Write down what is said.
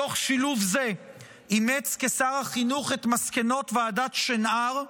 מתוך שילוב זה אימץ כשר החינוך את מסקנות ועדת שנהר,